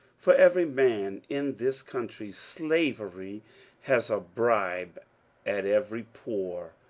for every man in this country slavery has a bribe at every pore,